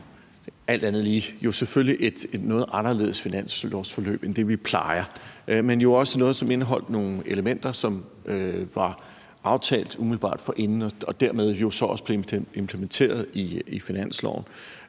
alt andet lige jo selvfølgelig været et noget anderledes finanslovsforløb end det, vi plejer at have, men jo også et, som indeholdt nogle elementer, som var aftalt umiddelbart forinden og dermed jo så også blev implementeret i finansloven.